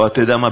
או אתה יודע מה,